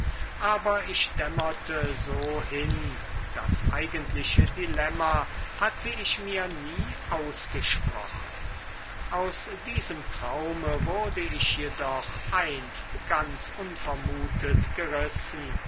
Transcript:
aber ich dämmerte so hin das eigentliche dilemma hatte ich mir nie ausgesprochen aus diesem traume wurde ich jedoch einst ganz unvermutet gerissen